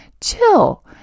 chill